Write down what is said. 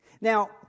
Now